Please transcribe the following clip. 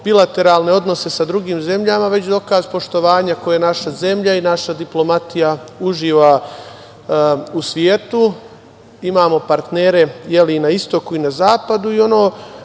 bilateralne odnose sa drugim zemljama, već dokaz poštovanja koje naša zemlja i naša diplomatija uživa u svetu. Imamo partnere i na istoku i na zapadu i ono